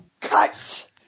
Cut